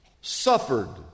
suffered